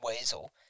weasel